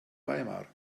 weimar